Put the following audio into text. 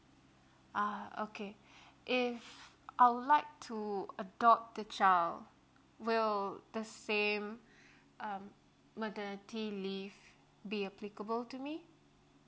ah okay if I would like to adopt the child will the same um maternity leave be applicable to me